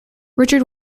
richard